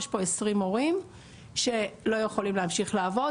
יש פה 20 מורים שלא יכולים להמשיך לעבוד